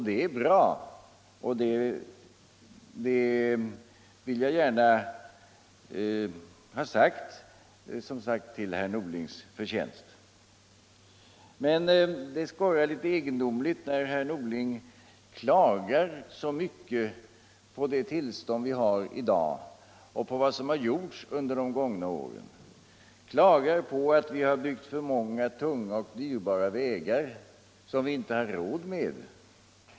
Det är bra och — det vill jag gärna ha sagt — det är herr Norlings förtjänst. Men det skorrar litet egendomligt. när herr Norling klagar så mvcket på det tillstånd vi har i dag och på vad som har gjorts under de gångna åren. Han klagar över att vi har bygpt för många dvyra och tunga vägar, som vi inte har råd med.